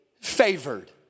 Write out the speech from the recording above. favored